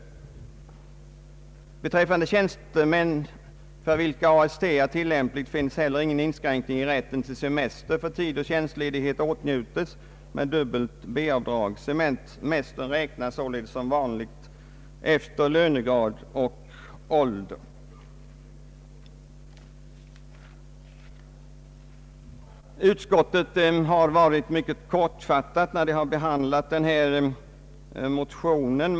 Beträffande tjänstemän för vilka AST är tillämpligt finns heller ingen in skränkning i rätten till semester för tid då tjänstledighet åtnjutes med dubbelt B-avdrag. Semestern räknas således som vanligt efter lönegrad och ålder. Utskottet har fattat sig mycket kort vid behandlingen av detta motionspar.